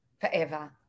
forever